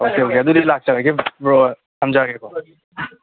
okay okay ꯑꯗꯨꯗꯤ ꯂꯥꯛꯆꯔꯒꯦ bro ꯊꯝꯖꯔꯒꯦꯀꯣ